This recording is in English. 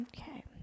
Okay